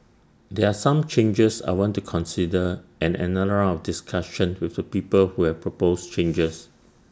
there are some changes I want to consider and another round of discussion with the people who have proposed changes